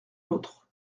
l’autre